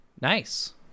Nice